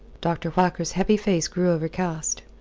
dr. whacker's heavy face grew overcast.